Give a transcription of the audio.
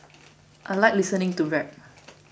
I like listening to rap